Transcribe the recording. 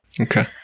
Okay